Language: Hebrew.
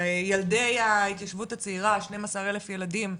לילדי ההתיישבות הצעירה 12 אלף ילדים,